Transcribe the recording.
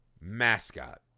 mascot